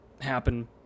happen